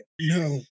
No